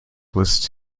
lists